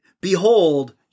behold